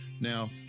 Now